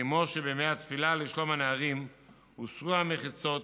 כמו שבימי התפילה לשלום הנערים הוסרו המחיצות